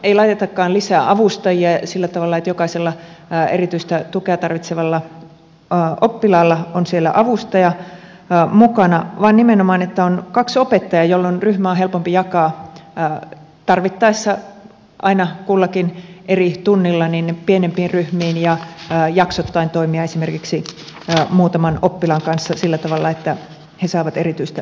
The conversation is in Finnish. ei laitetakaan lisää avustajia sillä tavalla että jokaisella erityistä tukea tarvitsevalla oppilaalla on siellä avustaja mukana vaan nimenomaan on kaksi opettajaa jolloin ryhmä on helpompi jakaa tarvittaessa aina kullakin eri tunnilla pienempiin ryhmiin ja jaksoittain toimia esimerkiksi muutaman oppilaan kanssa sillä tavalla että he saavat erityistä tukea